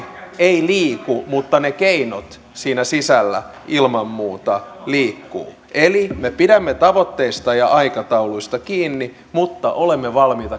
ei liiku mutta ne keinot siinä sisällä ilman muuta liikkuvat eli me pidämme tavoitteista ja aikatauluista kiinni mutta olemme valmiit